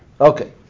okay